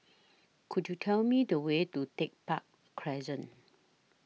Could YOU Tell Me The Way to Tech Park Crescent